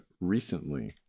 recently